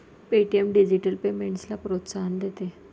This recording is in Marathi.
पे.टी.एम डिजिटल पेमेंट्सला प्रोत्साहन देते